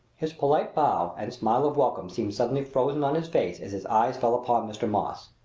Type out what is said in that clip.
his polite bow and smile of welcome seemed suddenly frozen on his face as his eyes fell upon mr. moss.